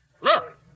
Look